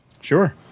Sure